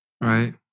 right